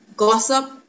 Gossip